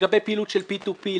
לגבי פעילות של P2P,